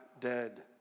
dead